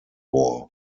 war